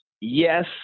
yes